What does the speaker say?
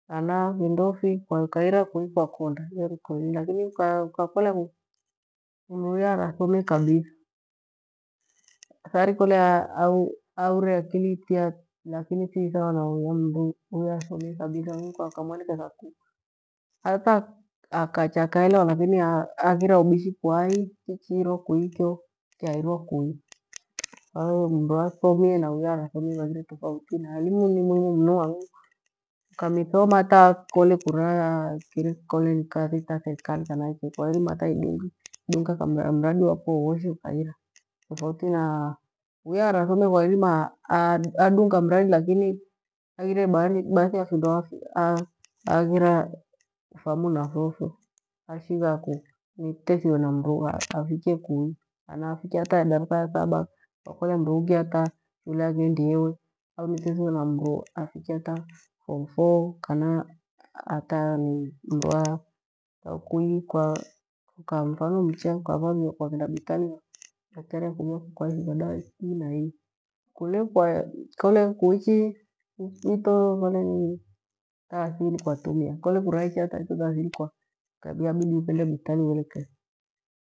lakini ukakolea mru uya arathomie kabitha. Athili kole aire akili tia lakini thi thawa na uya mru uya aathomie kabitha. Hangu ukamwelewetha ku hata akacha akaelewa. Lakini haghire ubishi ku hai kichiirwa kui kyo kyaira kui, kwa hiyo mru uya athomie na uya arathomie vaghire tofauti, na elimu ni muhimu mnu hang'u ukamithoma hata kole kuraghire ni kore kuthita kuika kana iki kwairima hata idinga mradi wafo, wowishe ukaura tofauti na uya arathomie. Kwairima adunga mradi rakini haghire badhi ya findo haghira ufahamu navyo fo ishigha ku atethiwe na mru afikie kuii kana afike hata idaratha la thaba kole mru ungi hata shule, aghendiwe au nitethiwe na mru afikie hata fomu four. Kana hata muru kui mfano mcha akaghenda bithtari dakitari akuvia kukua shigha dawa ii naii kule kua kukole kuichi kole ni athili kwa kutumia kole kuraichi hata ito taathili ya bidi ughende bithtali uelekethwe.